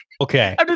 Okay